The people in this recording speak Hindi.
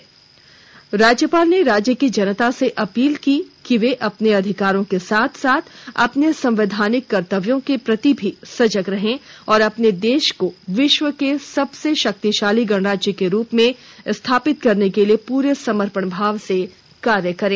राज्यपाल द्रौपदी मुर्मू ने राज्य की जनता से अपील की कि वे अपने अधिकारों के साथ साथ अपने संवैधानिक कर्तव्यों के प्रति भी सजग रहें और अपने देश को विश्व के सबसे शक्तिशाली गणराज्य के रूप में स्थापित करने के लिए पूरे समर्पण भाव से कार्य करें